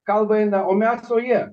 kalba eina o mes o jie